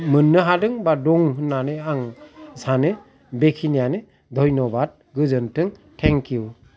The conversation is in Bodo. मोननो हादों बा दं होन्नानै आं सानो बेखिनियानो धन्य़बाद गोजोनथों थेंखिउ